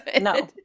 No